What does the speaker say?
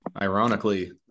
ironically